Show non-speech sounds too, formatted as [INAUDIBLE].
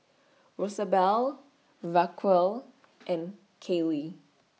[NOISE] Rosabelle Raquel and Caylee